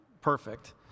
perfect